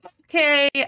okay